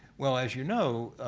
well, as you know,